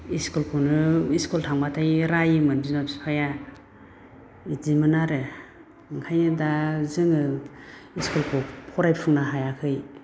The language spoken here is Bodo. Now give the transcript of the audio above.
इस्कुलखौनो इस्कुल थांबाथाय रायोमोन बिमा बिफाया बिदिमोन आरो ओंखायानो दा जोङो इस्कुलखौ फरायफुंनो हायाखै